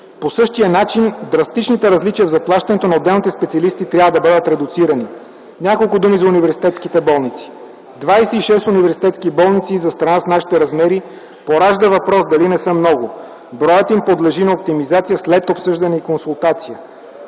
по същия начин драстичните различия в заплащането на отделните специалисти трябва да бъдат редуцирани. Няколко думи за университетските болници. Двадесет и шест университетски болници за страна с нашите размери поражда въпрос дали не са много. Броят им подлежи на оптимизация след обсъждане и консултация.